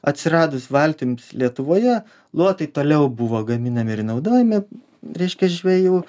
atsiradus valtims lietuvoje luotai toliau buvo gaminami ir naudojami reiškia žvejų